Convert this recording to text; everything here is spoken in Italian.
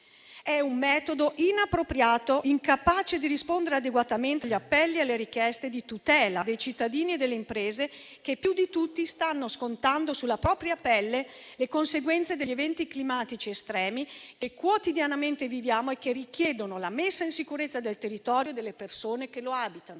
È un metodo inappropriato, incapace di rispondere adeguatamente agli appelli e alle richieste di tutela dei cittadini e delle imprese, che più di tutti stanno scontando sulla propria pelle le conseguenze degli eventi climatici estremi, che quotidianamente viviamo e che richiedono la messa in sicurezza del territorio e delle persone che lo abitano.